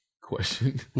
question